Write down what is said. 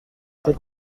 cet